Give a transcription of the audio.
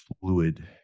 fluid